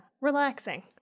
Relaxing